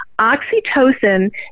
Oxytocin